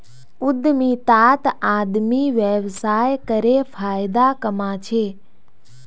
उद्यमितात आदमी व्यवसाय करे फायदा कमा छे